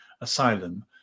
asylum